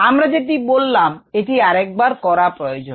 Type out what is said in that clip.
আমরা যেটি বললাম এটি আরেকবার করা প্রয়োজন